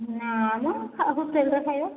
ନାଁ ମ ସବୁ ହୋଟେଲରେ ଖାଇବା